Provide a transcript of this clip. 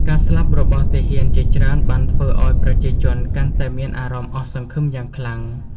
ការស្លាប់របស់ទាហានជាច្រើនបានធ្វើឲ្យប្រជាជនកាន់តែមានអារម្មណ៍អស់សង្ឃឹមយ៉ាងខ្លាំង។